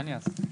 איך?